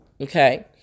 okay